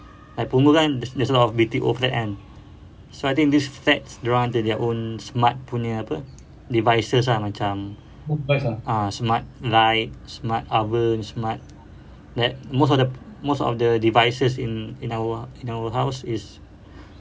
like punggol kan there's there's a lot of B_T_O flat kan so I think these flats dia orang ada their own smart punya apa devices ah macam ah smart light smart oven smart like most of the most of the devices in in our in our house is